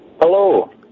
Hello